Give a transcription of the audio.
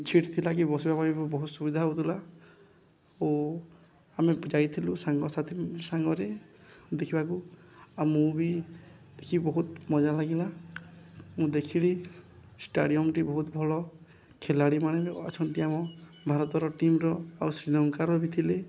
seat ଥିଲା କି ବସିବା ପାଇଁ ବି ବହୁତ ସୁବିଧା ହଉଥିଲା ଓ ଆମେ ଯାଇଥିଲୁ ସାଙ୍ଗସାଥି ସାଙ୍ଗରେ ଦେଖିବାକୁ ଆଉ ମୁଁ ବି ଦେଖି ବହୁତ ମଜା ଲାଗିଲା ମୁଁ ଦେଖିଲି ଷ୍ଟାଡ଼ିୟମ୍ଟି ବହୁତ ଭଲ ଖେଳାଳି ମାନେ ବି ଅଛନ୍ତି ଆମ ଭାରତର ଟିମ୍ର ଆଉ ଶ୍ରୀଲଙ୍କାର ବି ଥିଲେ